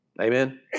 Amen